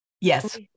Yes